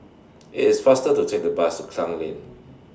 IT IS faster to Take The Bus to Klang Lane